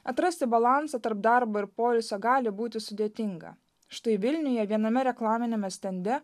atrasti balansą tarp darbo ir poilsio gali būti sudėtinga štai vilniuje viename reklaminiame stende